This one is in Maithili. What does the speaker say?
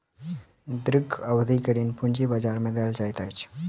दीर्घ अवधि के ऋण पूंजी बजार में देल जाइत अछि